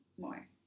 more